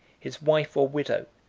his wife or widow,